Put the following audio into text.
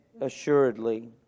assuredly